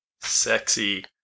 Sexy